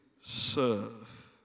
serve